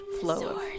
flow